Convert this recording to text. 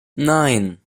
nein